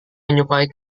menyukai